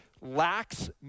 lacks